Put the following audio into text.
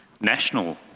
national